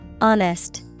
Honest